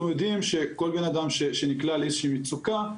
אנחנו יודעים שכל בן אדם שנקלע לאיזושהי מצוקה,